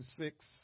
six